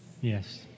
Yes